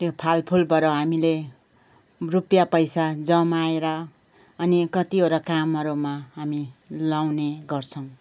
त्यो फालफुलबाट हामीले रुपियाँ पैसा जमाएर अनि कतिवटा कामहरूमा हामी लाउने गर्छौँ